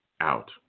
out